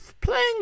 Playing